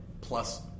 plus